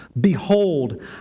behold